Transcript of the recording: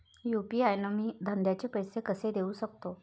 UPI न मी धंद्याचे पैसे कसे देऊ सकतो?